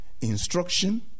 instruction